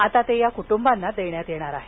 आता ते या कुटुंबांना देण्यात येणार आहेत